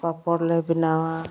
ᱯᱟᱯᱚᱲᱞᱮ ᱵᱮᱱᱟᱣᱟ